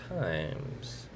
times